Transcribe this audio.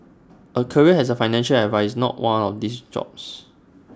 A career as A financial advisor is not one of these jobs